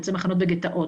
יוצאי מחנות וגטאות,